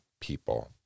people